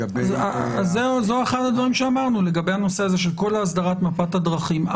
זה אחד הדברים שאמרנו לגבי הנושא הזה של כל הסדרת מפת הדרכים.